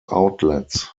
outlets